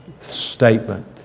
statement